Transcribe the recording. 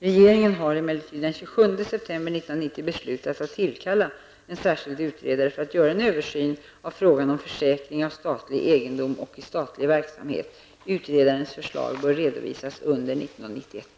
Regeringen har emellertid den 27 september 1990 beslutat att tillkalla en särskild utredare för att göra en översyn av frågan om försäkring av statlig egendom och i statlig verksamhet. Utredarens förslag bör redovisas under år 1991.